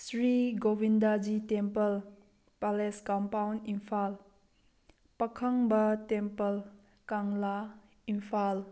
Shri Govindaji temple palace compound Imphal Pakhangba temple Kangla Imphal